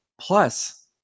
plus